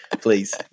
Please